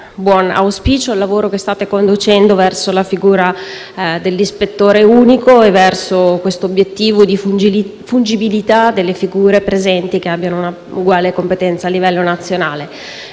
buon auspicio il lavoro che state conducendo verso la figura dell'ispettore unico e verso l'obiettivo di fungibilità delle figure presenti che abbiano un'uguale competenza a livello nazionale.